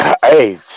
Hey